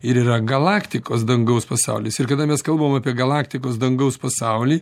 ir yra galaktikos dangaus pasaulis ir kada mes kalbam apie galaktikos dangaus pasaulį